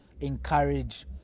encourage